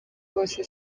bose